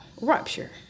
rupture